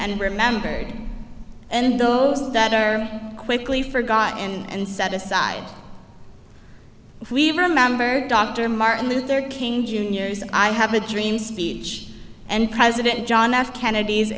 and remembered and those that are quickly forgotten and set aside if we remember dr martin luther king jr's i have a dream speech and president john f kennedy